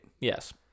Yes